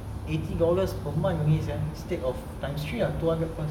eighty dollars per month only sia instead of times three ah two hundred plus